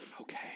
Okay